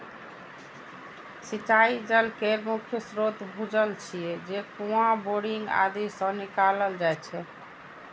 सिंचाइ जल केर मुख्य स्रोत भूजल छियै, जे कुआं, बोरिंग आदि सं निकालल जाइ छै